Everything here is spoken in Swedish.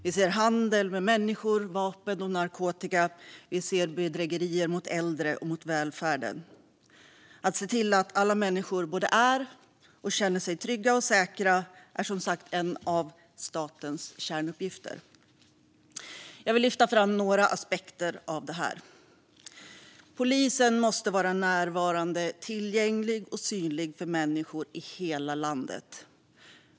Vi ser handel med människor, vapen och narkotika. Vi ser bedrägerier mot äldre och mot välfärden. Att se till att alla människor både är och känner sig trygga och säkra är som sagt en av statens kärnuppgifter. Jag vill lyfta fram några aspekter av detta. Polisen måste vara närvarande, tillgänglig och synlig för människor i hela landet.